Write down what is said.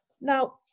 Now